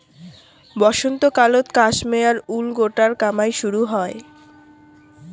বসন্তকালত ক্যাশমেয়ার উল গোটার কামাই শুরু হই